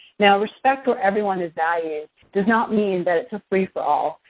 now respect for everyone as value does not mean that it's a free-for-all.